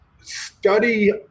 study